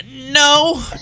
No